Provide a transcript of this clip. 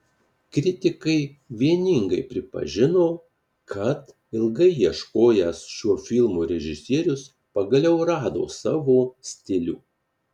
kritikai vieningai pripažino kad ilgai ieškojęs šiuo filmu režisierius pagaliau rado savo stilių